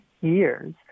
years